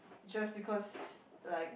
just because like